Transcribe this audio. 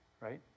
right